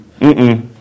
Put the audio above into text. Mm-mm